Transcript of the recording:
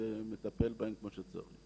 הוא מטפל בהם כמו שצריך.